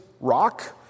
rock